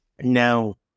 No